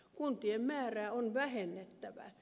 kuntien määrää on vähennettävä